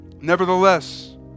Nevertheless